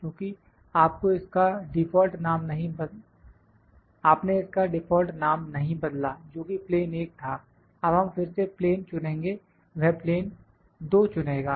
क्योंकि आपने इसका डिफॉल्ट नाम नहीं बदला जोकि प्लेन 1 था अब हम फिर से प्लेन चुनेंगे वह प्लेन 2 चुनेगा